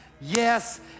yes